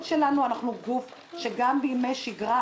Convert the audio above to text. צצו ועלו הרבה עניינים שקשורים למחשוב שכל המפלגות ביקשו לשדרג.